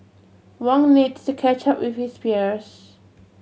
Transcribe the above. Wong needs to catch up with his peers